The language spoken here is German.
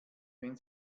wenn